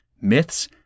myths